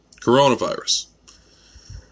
coronavirus